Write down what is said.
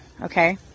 okay